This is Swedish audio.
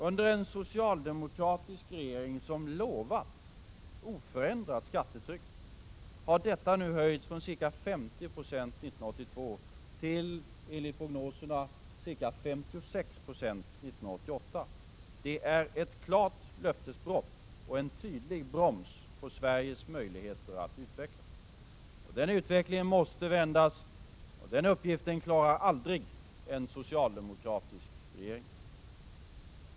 Under en socialdemokratisk regering som lovat oförändrat skattetryck har detta nu höjts från ca 50 26 år 1982 till enligt prognoserna ca 56 96 år 1988. Det är ett klart löftesbrott och en tydlig broms på Sveriges möjligheter att utvecklas. Den utvecklingen måste vändas, och den uppgiften klarar aldrig en socialdemokratisk regering.